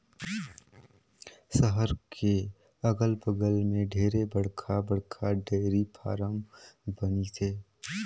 सहर के अगल बगल में ढेरे बड़खा बड़खा डेयरी फारम बनिसे